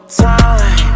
time